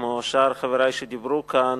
כמו שאר חברי שדיברו כאן,